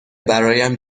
برایم